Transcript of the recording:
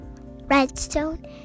redstone